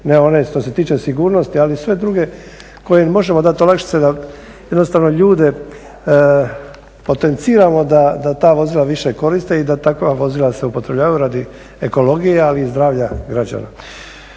Ne one što se tiče sigurnosti, ali sve druge koje možemo dat olakšice da jednostavno ljude potenciramo da ta vozila više koriste i da takva vozila se upotrebljavaju radi ekologije, ali i zdravlja građana.